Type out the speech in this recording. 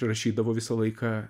rašydavo visą laiką